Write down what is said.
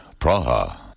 Praha